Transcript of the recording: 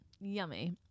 Yummy